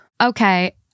okay